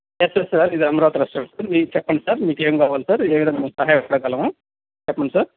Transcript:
yes yes sir ఇది అమరావతి రెస్టారెంటే మీరు చెప్పండి సార్ మీకేమి కావాలి సార్ ఏ విధంగా మీకు సహాయపడగలము చెప్పండి సార్